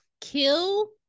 Kill